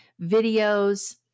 videos